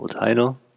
Title